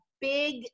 big